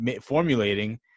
formulating